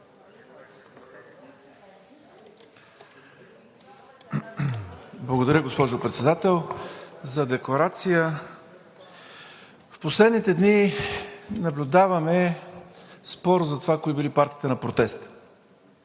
Благодаря, госпожо Председател. В последните дни наблюдаваме спор за това кои били партиите на протеста.